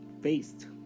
faced